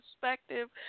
perspective